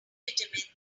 vitamins